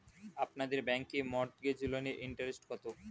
আপনাদের ব্যাংকে মর্টগেজ লোনের ইন্টারেস্ট কত?